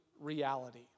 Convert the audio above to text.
reality